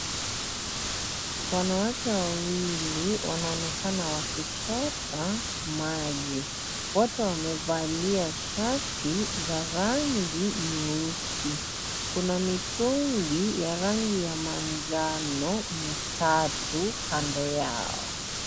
Wanawake wawili wanaonekana wakichota maji . Wote wamevalia shati za rangi nyeusi. Kuna mitungi ya rangi ya manjano mitatu kando yao .